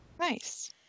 Nice